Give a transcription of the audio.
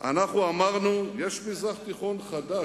אנחנו אמרנו, מזרח תיכון חדש.